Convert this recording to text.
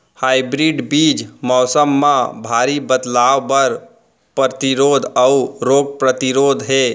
hybrid बीज मौसम मा भारी बदलाव बर परतिरोधी अऊ रोग परतिरोधी हे